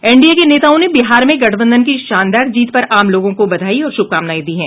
NDA के नेताओं ने बिहार में गठबंधन की शानदार जीत पर आम लोगों को बधाई और शुभकामनाएं दी हैं